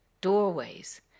doorways